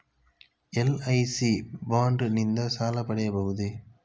LIC bond ನಿಂದ ಸಾಲ ಪಡೆಯಬಹುದೇ?